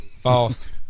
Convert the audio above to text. False